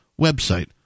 website